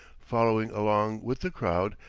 following along with the crowd,